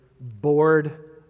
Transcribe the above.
bored